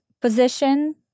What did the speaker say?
position